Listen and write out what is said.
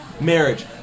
marriage